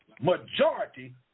Majority